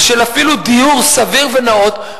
ואפילו של דיור סביר ונאות,